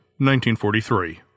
1943